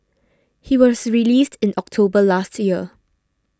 he was released in October last year